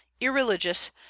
irreligious